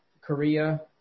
Korea